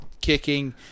kicking